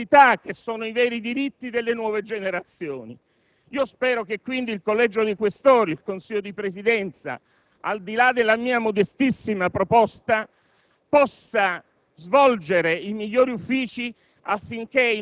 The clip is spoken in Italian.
dei diritti che diventano privilegi piuttosto che alle necessità che rappresentano i veri diritti delle nuove generazioni. Spero, quindi, che il Collegio dei senatori Questori ed il Consiglio di Presidenza, al di là della mia modestissima proposta,